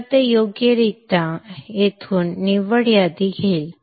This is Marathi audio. तर ते योग्यरित्या येथून निव्वळ यादी घेईल